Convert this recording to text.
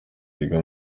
wiga